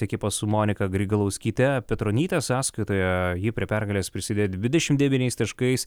ekipą su monika grigalauskyte petronyte sąskaitoje ji prie pergalės prisidėjo dvidešim devyniais taškais